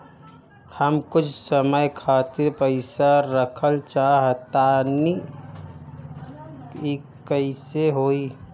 हम कुछ समय खातिर पईसा रखल चाह तानि कइसे होई?